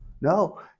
No